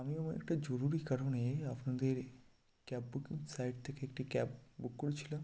আমি আমার একটা জরুরি কারণে আপনাদের ক্যাব বুকিং সাইট থেকে একটি ক্যাব বুক করেছিলাম